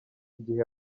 igihe